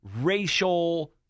racial